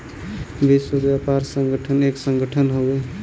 विश्व व्यापार संगठन एक संगठन हउवे